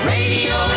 Radio